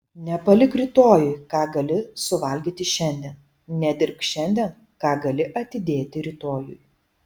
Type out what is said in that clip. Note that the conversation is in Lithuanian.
nepalik rytojui ką gali suvalgyti šiandien nedirbk šiandien ką gali atidėti rytojui